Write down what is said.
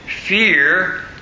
fear